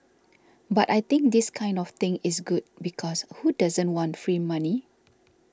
but I think this kind of thing is good because who doesn't want free money